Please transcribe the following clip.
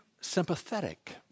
sympathetic